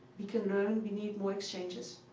you can learn. we need more exchanges.